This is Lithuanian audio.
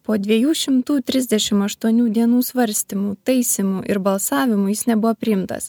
po dviejų šimtų trisdešim aštuonių dienų svarstymų taisymų ir balsavimų jis nebuvo priimtas